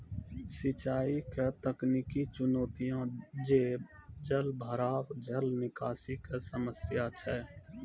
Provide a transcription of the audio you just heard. सिंचाई के तकनीकी चुनौतियां छै जलभराव, जल निकासी के समस्या छै